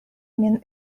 min